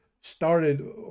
started